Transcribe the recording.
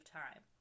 time